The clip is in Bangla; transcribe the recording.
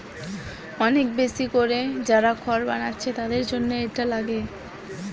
অনেক বেশি কোরে যারা খড় বানাচ্ছে তাদের জন্যে এটা লাগে